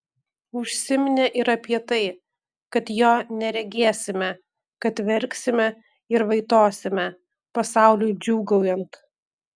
užsiminė ir apie tai kad jo neregėsime kad verksime ir vaitosime pasauliui džiūgaujant